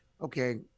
okay